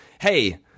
hey